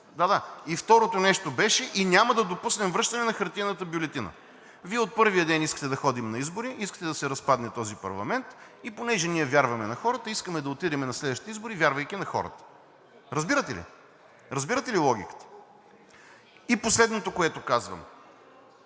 Да, да. И второто нещо беше: и няма да допуснем връщане на хартиената бюлетина. Вие от първия ден искате да ходим на избори, искате да се разпадне този парламент и понеже ние вярваме на хората, искаме да отидем на следващите избори, вярвайки на хората. Разбирате ли?! Разбирате ли логиката? И последното, което казвам,